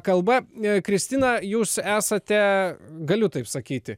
kalba kristina jūs esate galiu taip sakyti